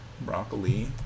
Broccoli